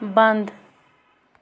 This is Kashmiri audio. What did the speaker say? بَنٛد